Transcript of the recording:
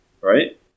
right